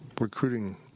recruiting